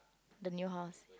the new house